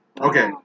okay